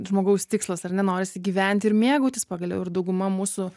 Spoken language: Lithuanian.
žmogaus tikslas ar ne norisi gyventi ir mėgautis pagaliau ir dauguma mūsų